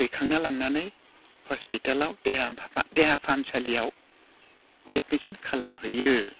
दैखांना लांनानै हस्पितालाव देहा देहा फाहामसालियाव एडमिसन खालामहैयो